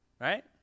right